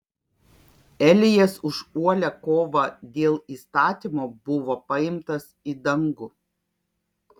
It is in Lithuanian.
elijas už uolią kovą dėl įstatymo buvo paimtas į dangų